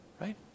Right